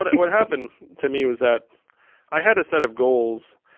but and what happened to me was that i had a set of goals,